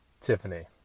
Tiffany